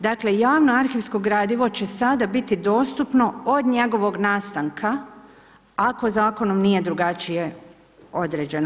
Dakle javno arhivsko gradivo će sada biti dostupno od njegovog nastanka, ako zakonom nije drugačije određeno.